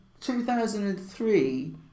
2003